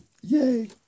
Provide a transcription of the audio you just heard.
yay